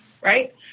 right